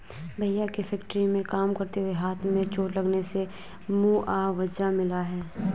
भैया के फैक्ट्री में काम करते हुए हाथ में चोट लगने से मुआवजा मिला हैं